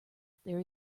there